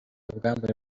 ubwambure